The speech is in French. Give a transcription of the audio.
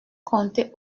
compter